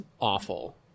awful